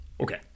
Okay